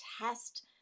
test